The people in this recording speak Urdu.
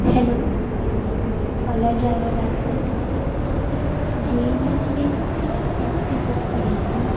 ہیلو اولا ڈرائیور بات کر رہے ہیں جی میں نے ابھی آپ کی ٹیکسی بک کری تھی